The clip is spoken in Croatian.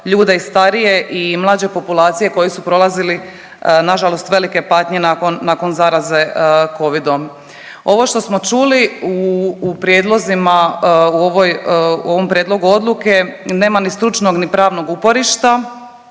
ljude i starije i mlađe populacije koji su prolazili nažalost velike patnje nakon zaraze covidom. Ovo što smo čuli u prijedlozima u ovom prijedlogu odluke nema ni stručnog ni pravnog uporišta